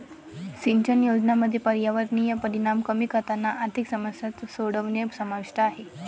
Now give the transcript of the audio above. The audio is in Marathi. सिंचन योजनांमध्ये पर्यावरणीय परिणाम कमी करताना आर्थिक समस्या सोडवणे समाविष्ट आहे